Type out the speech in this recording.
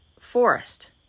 forest